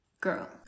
girl